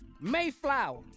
Mayflower